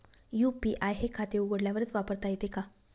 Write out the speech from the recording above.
UPI हे खाते उघडल्यावरच वापरता येते का?